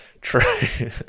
True